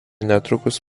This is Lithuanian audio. netrukus